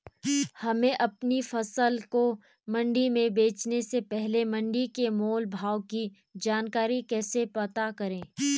हमें अपनी फसल को मंडी में बेचने से पहले मंडी के मोल भाव की जानकारी कैसे पता करें?